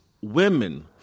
women-